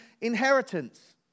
inheritance